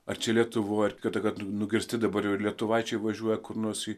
ar čia lietuvoje tikėta kad nugirsti dabar jau ir lietuvaičiai važiuoja kur nosį